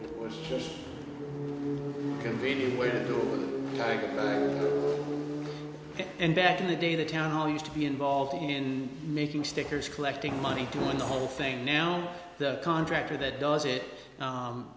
was convenient way to night and back in the day the town hall used to be involved in making stickers collecting money doing the whole thing now the contractor that does it